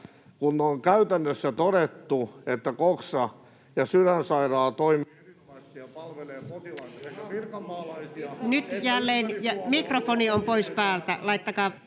kun on käytännössä todettu, että Coxa ja Sydänsairaala toimivat